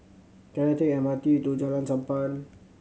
can I take M R T to Jalan Sappan